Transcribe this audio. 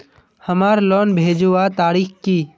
हमार लोन भेजुआ तारीख की?